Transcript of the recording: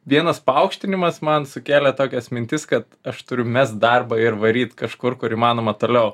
vienas paaukštinimas man sukėlė tokias mintis kad aš turiu mest darbą ir varyt kažkur kur įmanoma toliau